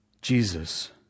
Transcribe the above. Jesus